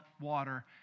water